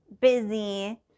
busy